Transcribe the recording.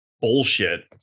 bullshit